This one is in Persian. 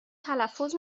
تلفظ